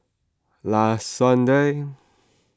last Sunday